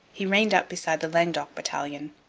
he reined up beside the languedoc battalion,